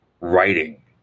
writing